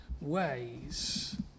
ways